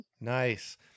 nice